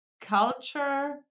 culture